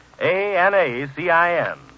A-N-A-C-I-N